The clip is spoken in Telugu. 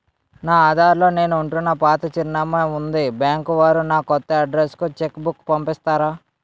నా ఆధార్ లో నేను ఉంటున్న పాత చిరునామా వుంది బ్యాంకు వారు నా కొత్త అడ్రెస్ కు చెక్ బుక్ పంపిస్తారా?